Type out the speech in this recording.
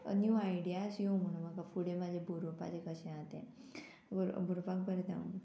नीव ideas येवं म्हणून म्हाका फुडें म्हाजें बरोवपाचें कशें आहा तें बरो बरोवपाक बरें जाय म्हणून